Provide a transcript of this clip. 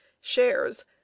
SHARES